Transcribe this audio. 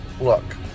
look